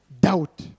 doubt